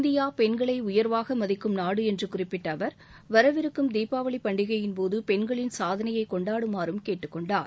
India பெண்களை உயர்வாக மதிக்கும் நாடு என்று குறிப்பிட்ட அவர் வரவிருக்கும் தீபாவளி பண்டிகையின்போது பெண்களின் சாதனையைக் கொண்டாடுமாறும் கேட்டுக் கொண்டார்